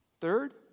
Third